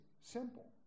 simple